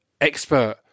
expert